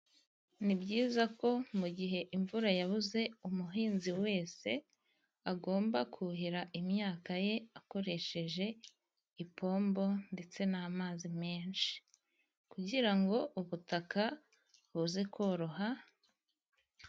Ni byiza ko mu gihe imvura yabuze, umuhinzi wese agomba kuhira imyaka ye, akoresheje ipombo ndetse n'amazi menshi, kugira ngo ubutaka buze koroha.